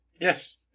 Yes